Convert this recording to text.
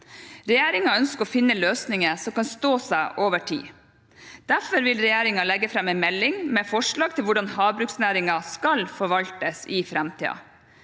Regjeringen ønsker å finne løsninger som kan stå seg over tid. Derfor vil regjeringen legge fram en melding med forslag til hvordan havbruksnæringen skal forvaltes i framtiden.